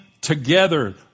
together